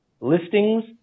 listings